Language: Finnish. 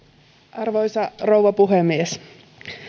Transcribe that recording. arvoisa rouva puhemies